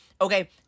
Okay